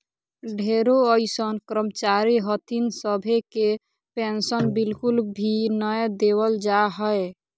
ढेरो अइसन कर्मचारी हथिन सभे के पेन्शन बिल्कुल भी नय देवल जा हय